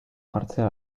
jartzea